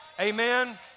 Amen